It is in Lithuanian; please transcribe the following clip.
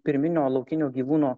pirminio laukinio gyvūno